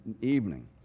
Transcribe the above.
evening